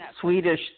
Swedish